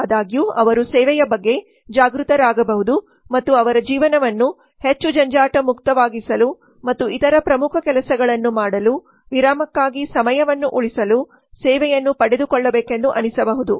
ಆದಾಗ್ಯೂ ಅವರು ಸೇವೆಯ ಬಗ್ಗೆ ಜಾಗೃತರಾಗಬಹುದು ಮತ್ತು ಅವರ ಜೀವನವನ್ನು ಹೆಚ್ಚು ಜಂಜಾಟ ಮುಕ್ತವಾಗಿಸಲು ಮತ್ತು ಇತರ ಪ್ರಮುಖ ಕೆಲಸಗಳನ್ನು ಮಾಡಲು ವಿರಾಮಕ್ಕಾಗಿ ಸಮಯವನ್ನು ಉಳಿಸಲು ಸೇವೆಯನ್ನು ಪಡೆದುಕೊಳ್ಳಬೇಕೆಂದು ಅನಿಸಬಹುದು